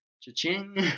cha-ching